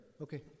okay